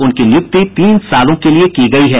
उनकी नियुक्ति तीन सालों के लिये की गयी है